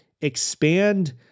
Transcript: expand